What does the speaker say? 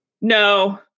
No